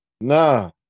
Nah